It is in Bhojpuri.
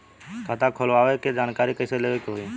खाता खोलवावे के जानकारी कैसे लेवे के होई?